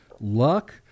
luck